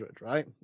right